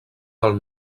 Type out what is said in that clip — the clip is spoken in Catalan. del